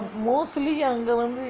mostly அங்கே வந்து:angae vanthu